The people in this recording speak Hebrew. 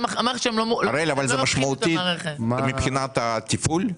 הראל, זה משמעותי מבחינת התפעול?